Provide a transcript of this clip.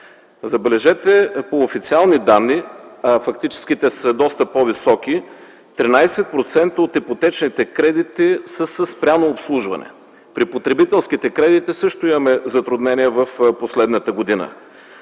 Забележете, по официални данни, а реалните фактически са доста по-високи, 13% от ипотечните кредити са със спряно обслужване. При потребителските кредити също има затруднения през последната година.